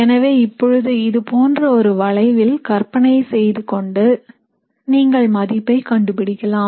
எனவே இப்பொழுது இதுபோன்ற ஒரு வளைவில் கற்பனை செய்து கொண்டு நீங்கள் மதிப்பை கண்டுபிடிக்கலாம்